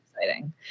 exciting